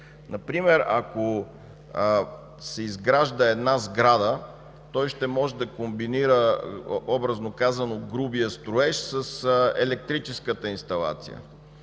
Например, ако се изгражда една сграда, той ще може да комбинира, образно казано, грубия строеж с електрическата инсталация.